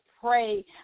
pray